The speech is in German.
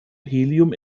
helium